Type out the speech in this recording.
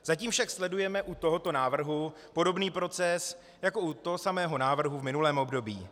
Zatím však sledujeme u tohoto návrhu podobný proces jako u toho samého návrhu v minulém období.